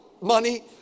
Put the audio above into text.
money